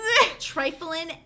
Trifling